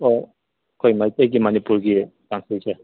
ꯑꯣ ꯑꯩꯈꯣꯏ ꯃꯩꯇꯩꯒꯤ ꯃꯅꯤꯄꯨꯔꯒꯤ ꯀꯥꯡꯁꯣꯏꯁꯦ